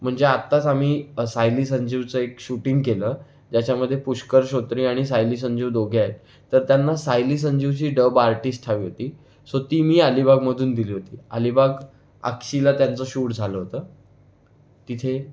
म्हणजे आताच आम्ही सायली संजीवचं एक शूटिंग केलं त्याच्यामध्ये पुष्कर श्रोत्री आणि सायली संजीव दोघे आहेत तर त्यांना सायली संजीवची डब आर्टिस्ट हवी होती सो ती मी अलिबागमधून दिली होती अलिबाग अक्षीला त्यांचं शूट झालं होतं तिथे